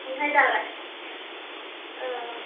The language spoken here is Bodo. ओमफ्राय दालाय